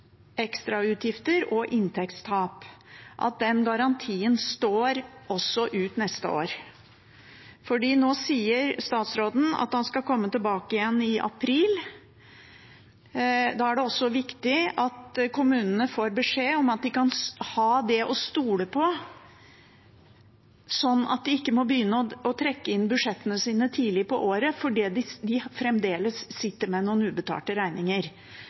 ekstrautgifter og inntektstap, står også ut neste år. Nå sier statsråden at han skal komme tilbake igjen i april. Da er det også viktig at kommunene får beskjed om at de kan ha det å stole på, sånn at de ikke må begynne å trekke inn budsjettene sine tidlig på året fordi de fremdeles sitter med noen ubetalte regninger.